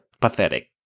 pathetic